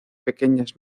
pequeñas